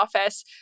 Office